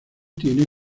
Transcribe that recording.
tiene